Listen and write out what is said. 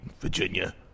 virginia